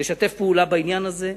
לשתף פעולה בעניין הזה,